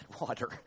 water